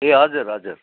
ए हजुर हजुर